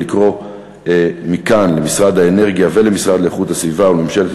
ולקרוא מכאן למשרד האנרגיה ולמשרד לאיכות הסביבה ולממשלת